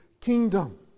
kingdom